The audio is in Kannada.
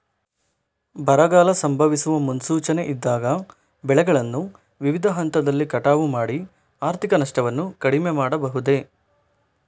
ಬರಗಾಲ ಸಂಭವಿಸುವ ಮುನ್ಸೂಚನೆ ಇದ್ದಾಗ ಬೆಳೆಗಳನ್ನು ವಿವಿಧ ಹಂತದಲ್ಲಿ ಕಟಾವು ಮಾಡಿ ಆರ್ಥಿಕ ನಷ್ಟವನ್ನು ಕಡಿಮೆ ಮಾಡಬಹುದೇ?